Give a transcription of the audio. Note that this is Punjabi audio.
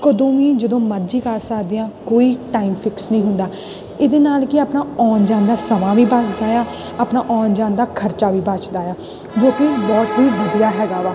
ਕਦੋਂ ਵੀ ਜਦੋਂ ਮਰਜ਼ੀ ਕਰ ਸਕਦੇ ਹਾਂ ਕੋਈ ਟਾਈਮ ਫਿਕਸ ਨਹੀਂ ਹੁੰਦਾ ਇਹਦੇ ਨਾਲ ਕੀ ਆਪਣਾ ਆਉਣ ਜਾਣ ਦਾ ਸਮਾਂ ਵੀ ਬਚਦਾ ਆ ਆਪਣਾ ਆਉਣ ਜਾਣ ਦਾ ਖਰਚਾ ਵੀ ਬਚਦਾ ਆ ਜੋ ਕਿ ਬਹੁਤ ਹੀ ਵਧੀਆ ਹੈਗਾ ਵਾ